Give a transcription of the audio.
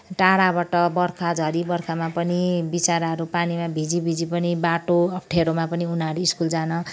टाढाबाट वर्षा झरी वर्षामा पनि बिचराहरू पानीमा भिजी भिजी पनि बाटो अप्ठ्यारोमा पनि उनीहरू स्कुल जान